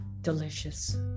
delicious